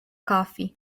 coffee